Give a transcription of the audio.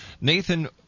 Nathan